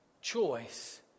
choice